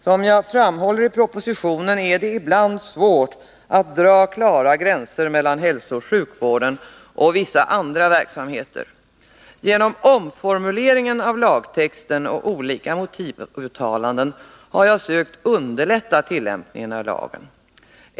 Som jag framhåller i propositionen är det ibland svårt att dra klara gränser mellan hälsooch sjukvården och vissa andra verksamheter. Genom omformulering av lagtexten och olika motivuttalanden har jag sökt underlätta tillämpningen av lagen.